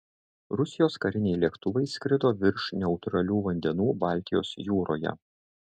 rusijos kariniai lėktuvai skrido virš neutralių vandenų baltijos jūroje